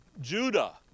Judah